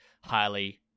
highly